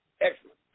excellent